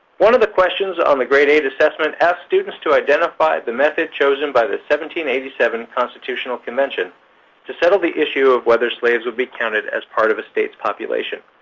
one of the questions on the grade eight assessment asked students to identify the method chosen by the eighty seven constitutional convention to settle the issue of whether slaves would be counted as part of a state's population.